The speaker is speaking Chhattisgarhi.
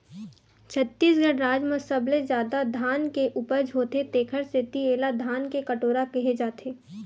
छत्तीसगढ़ राज म सबले जादा धान के उपज होथे तेखर सेती एला धान के कटोरा केहे जाथे